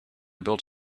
built